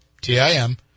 T-I-M